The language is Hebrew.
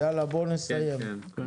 בואו נסיים.